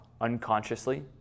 unconsciously